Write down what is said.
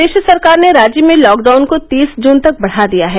प्रदेश सरकार ने राज्य में लॉकडाउन को तीस जून तक बढ़ा दिया है